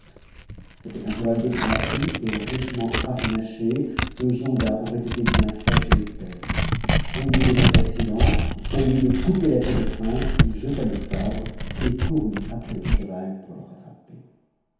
c'était un cheval de grand prix et richement harnaché que giondar aurait été bien fâché de perdre troumé de cet accident au iieu de couper la tête aux princes il jeta le sabre et courut après le cheval pour le rattraper